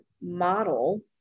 model